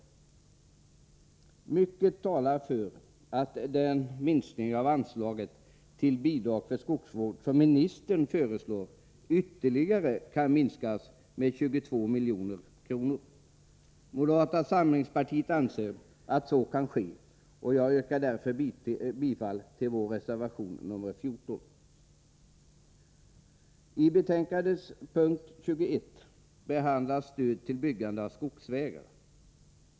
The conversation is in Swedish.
Mycket talar för att anslaget till Bidrag för skogsvård kan minskas med 22 milj.kr. utöver den sänkning som ministern föreslår. Moderata samlingspartiet anser att så kan ske, och jag yrkar därför bifall till vår reservation nr 14. I betänkandets punkt 21 behandlas Stöd till byggande av skogsvägar.